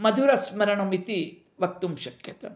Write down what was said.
मधुरस्मरणम् इति वक्तुं शक्यते